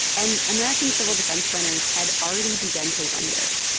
and american civil defense planners had already began to wonder,